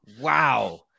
Wow